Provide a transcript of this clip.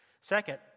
Second